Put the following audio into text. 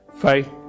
faith